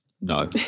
no